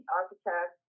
architect